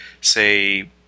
say